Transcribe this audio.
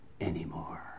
anymore